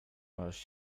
możesz